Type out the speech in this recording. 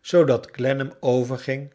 zoodat clennam o verging